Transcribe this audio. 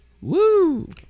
woo